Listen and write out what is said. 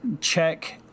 check